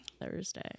Thursday